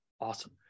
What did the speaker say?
Awesome